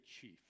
chief